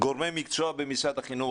גורמי מקצוע במשרד החינוך,